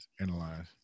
analyze